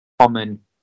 Common